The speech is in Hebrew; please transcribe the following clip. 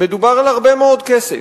מדובר על הרבה מאוד כסף,